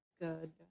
good